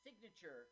signature